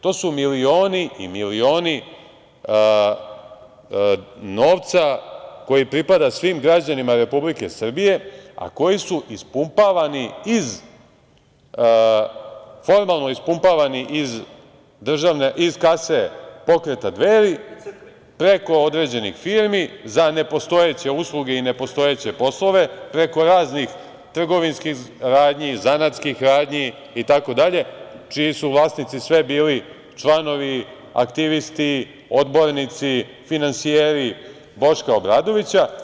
To su milioni i milioni novca koji pripada svim građanima Republike Srbije, a koji su formalno ispumpavani iz kase Pokreta Dveri, preko određenih firmi za nepostojeće usluge i nepostojeće poslove, preko raznih trgovinskih radnji i zanatskih radnji itd. čiji su vlasnici sve bili članovi, aktivisti, odbornici, finansijeri Boška Obradovića.